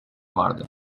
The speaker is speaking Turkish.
vardı